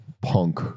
punk